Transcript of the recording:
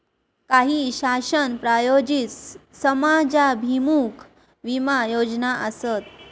काही शासन प्रायोजित समाजाभिमुख विमा योजना आसत